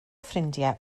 ffrindiau